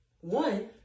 one